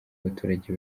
abaturage